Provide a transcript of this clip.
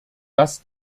dass